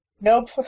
Nope